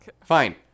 Fine